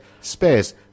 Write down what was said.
Space